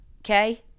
okay